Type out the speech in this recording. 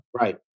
Right